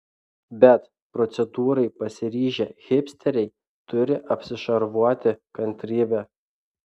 bet procedūrai pasiryžę hipsteriai turi apsišarvuoti kantrybe